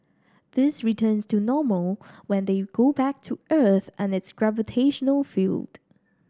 this returns to normal when they go back to Earth and its gravitational field